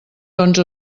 onze